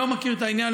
לא מכיר את העניין.